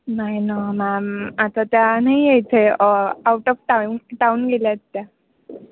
नाही न मॅम आता त्या नाही इथे आऊट ऑफ टाउन टाऊन गेल्या आहेत त्या